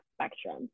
spectrum